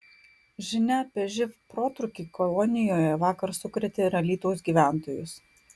žinia apie živ protrūkį kolonijoje vakar sukrėtė ir alytaus gyventojus